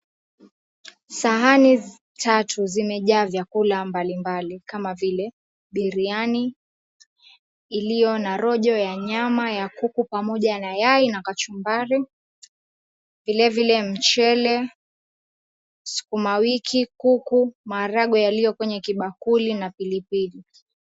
Sahani tatu zimejaa vyakula mbali mbali kama vile, biriani iliyo na rojo ya nyama ya kuku pamoja na yai na kachumbari, vile vile mchele, sukumawiki, kuku, maharagwe yaliyo kwenye kibakuli na pilipili.